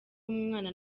umwana